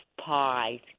pie